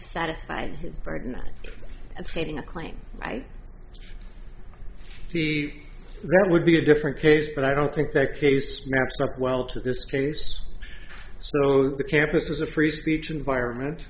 satisfied his burden of stating a claim right there would be a different case but i don't think the case maps up well to this case so the campus is a free speech environment